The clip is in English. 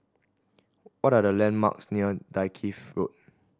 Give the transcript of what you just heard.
what are the landmarks near Dalkeith Road